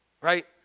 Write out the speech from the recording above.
Right